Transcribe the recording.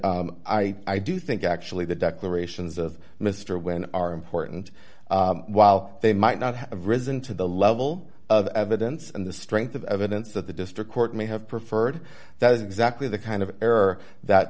and i i do think actually the declarations of mr wynn are important while they might not have risen to the level of evidence and the strength of evidence that the district court may have preferred that is exactly the kind of error that